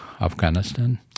Afghanistan